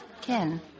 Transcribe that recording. Ken